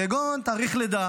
כגון תאריך לידה